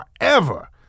forever